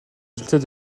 résultat